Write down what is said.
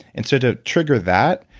and so to trigger that,